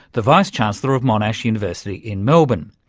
the vice chancellor of monash university in melbourne.